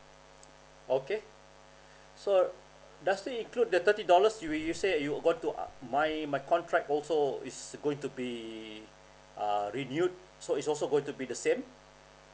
okay so does it include the thirty dollars you you say you got to uh my my contract also is going to be uh renewed so is also going to be the same